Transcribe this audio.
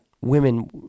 women